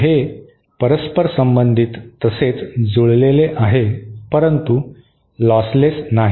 तर ते परस्परसंबंधित तसेच जुळलेले आहे परंतु लॉसलेस नाही